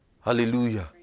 Hallelujah